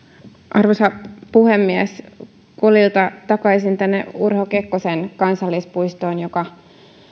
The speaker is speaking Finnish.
arvoisa puhemies kolilta takaisin tähän urho kekkosen kansallispuistoon joka